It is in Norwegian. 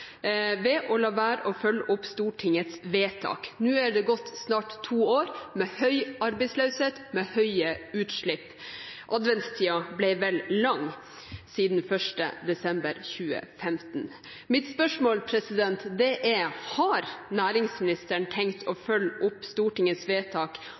ved å la være å følge opp Stortingets vedtak. Nå er det gått snart to år med høy arbeidsløshet, med høye utslipp. Adventstiden ble vel lang siden 1. desember 2015. Mitt spørsmål er: Har næringsministeren tenkt å følge opp Stortingets vedtak